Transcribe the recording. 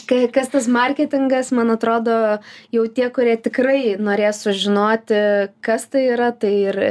kai kas tas marketingas man atrodo jau tie kurie tikrai norės sužinoti kas tai yra tai ir